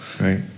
right